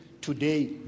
today